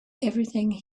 everything